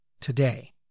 today